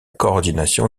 coordination